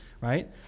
right